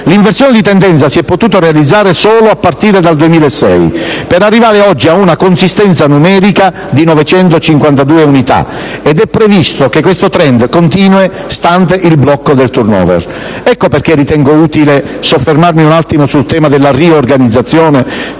l'inversione di tendenza si è potuta realizzare solo a partire dal 2006, per arrivare, oggi, ad una consistenza numerica di 952 unità. Ed è previsto che questo *trend* continui, stante il blocco del *turnover*. Ecco perché ritengo utile soffermarmi un attimo sul tema della riorganizzazione,